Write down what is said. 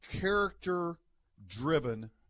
character-driven